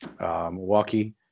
Milwaukee